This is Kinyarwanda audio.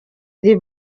iri